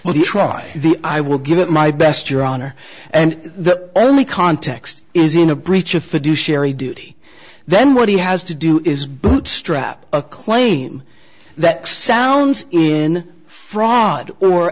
well you try the i will give it my best your honor and the only context is in a breach of fiduciary duty then what he has to do is bootstrap a claim that sounds in fraud or